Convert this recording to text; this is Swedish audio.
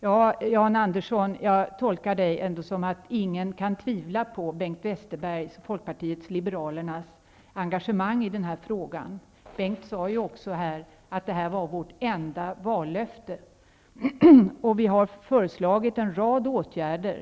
Jag tolkar det Jan Andersson sade som att ingen kan tvivla på Bengt Westerbergs, Folkpartiet liberalernas, engagemang i frågan. Bengt Westerberg sade också att den frågan utgjorde vårt enda vallöfte. Vi har föreslagit en rad åtgärder.